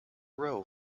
rowe